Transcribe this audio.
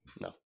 No